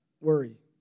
worry